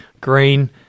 Green